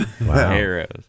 arrows